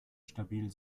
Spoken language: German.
stabil